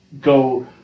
go